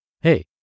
hey